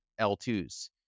L2s